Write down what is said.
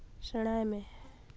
ᱥᱮᱬᱟᱭ ᱢᱮ